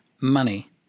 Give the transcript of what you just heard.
money